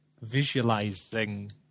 visualizing